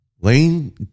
Lane